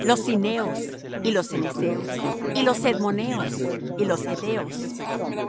los cineos y los ceneceos y los cedmoneos y los hetheos